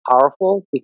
powerful